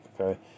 okay